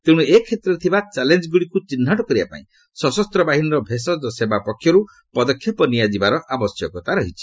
ତେଣୁ ଏ କ୍ଷେତ୍ରରେ ଥିବା ଚ୍ୟାଲେଞ୍ଗୁଡ଼ିକୁ ଚିହ୍ନଟ କରିବାପାଇଁ ସଶସ୍ତ ବାହିନୀର ଭେଷଜ ସେବା ପକ୍ଷରୁ ପଦକ୍ଷେପ ନିଆଯିବାର ଆବଶ୍ୟକତା ରହିଛି